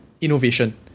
innovation